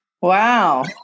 Wow